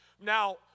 Now